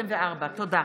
תודה.